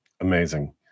Amazing